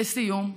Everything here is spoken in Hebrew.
לסיום,